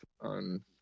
on